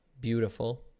beautiful